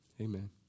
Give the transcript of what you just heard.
Amen